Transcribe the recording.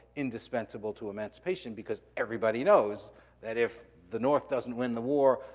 indispensable to emancipation because everybody knows that if the north doesn't win the war,